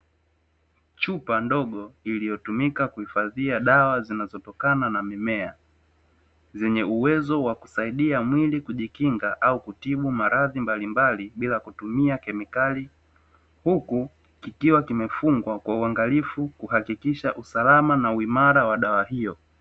Chupa ndogo iliyotumika kuhifadhia dawa zinazotokana na mimea, zenye uwezo wa kusaidia mwili kujikinga au kutibu maradhi mbalimbali, bila kutumia kemikali, huku kikiwa kimefungwa kwa uangalifu kuhakikisha usalama na uimara wa dawa hiyo.